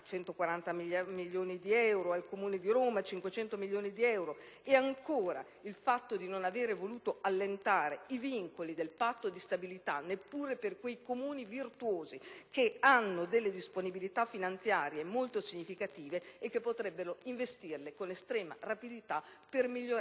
140 milioni di euro, e nel Comune di Roma, pari a 500 milioni di euro, e la scelta di non aver voluto allentare i vincoli del Patto di stabilità neppure per i Comuni "virtuosi", che hanno disponibilità finanziarie molto significative e che potrebbero investirle con estrema rapidità per migliorare